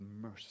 mercy